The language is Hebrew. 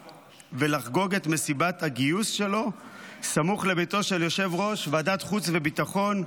ולחגוג את מסיבת הגיוס שלו סמוך לביתו של יושב-ראש ועדת חוץ וביטחון,